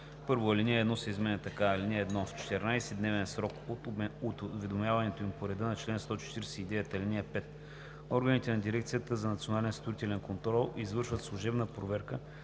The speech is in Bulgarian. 1. Алинея 1 се изменя така: „(1) В 14-дневен срок от уведомяването им по реда на чл. 149, ал. 5 органите на Дирекцията за национален строителен контрол извършват служебна проверка